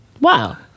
Wow